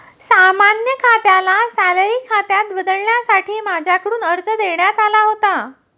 सामान्य खात्याला सॅलरी खात्यात बदलण्यासाठी माझ्याकडून अर्ज देण्यात आला होता